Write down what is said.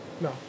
no